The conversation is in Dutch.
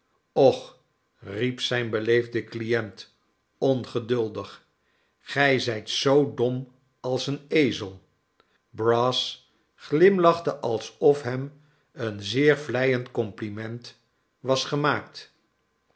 och riep zijn beleefde client ongeduldig gij zijt zoo dom als een ezel brass glimlachte alsof hem een zeer vleiend compliment was gemaakt